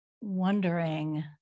wondering